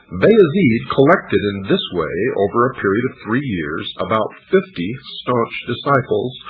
bayezid collected in this way, over a period of three years, about fifty staunch disciples,